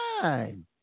time